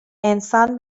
انسان